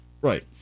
Right